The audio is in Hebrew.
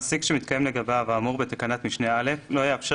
(ב)מעסיק שמתקיים לגביו האמור בתקנת משנה (א) לא יאפשר